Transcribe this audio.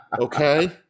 Okay